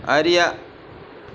அறிய